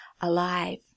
alive